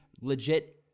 legit